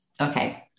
Okay